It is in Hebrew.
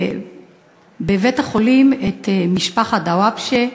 בבית-החולים את משפחת דוואבשה.